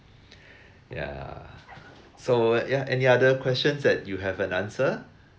ya so ya any other questions that you have an answer